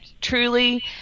truly